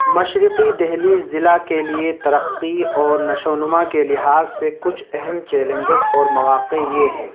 مشرقی دہلی ضلع کے لیے ترقی اور نشو و نما کے لحاظ سے کچھ اہم چیلنجز اور مواقع یہ ہیں